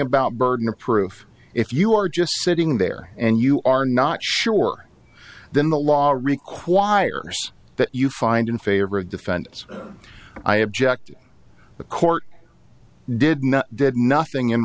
about burden of proof if you are just sitting there and you are not sure then the law requires that you find in favor of defendants i object the court did not did nothing in